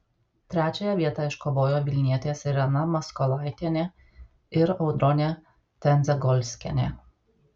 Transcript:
trečiąją vietą iškovojo vilnietės irena maskolaitienė ir audronė tendzegolskienė